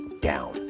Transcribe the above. down